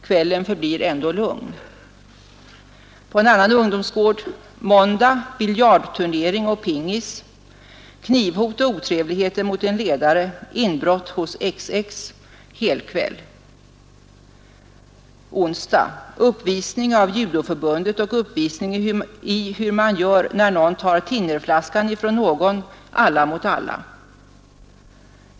Kvällen förblir ändå lugn.” På en annan ungdomsgård: ”Måndag biljardturnering och pingis ——— knivhot och otrevligheter mot en ledare, inbrott hos XX, helkväll. ——— Onsdag. Uppvisning av judoförbundet och uppvisning i hur man gör när någon tar thinnerflaskan ifrån någon, alla mot alla.